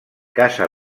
casa